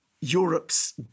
Europe's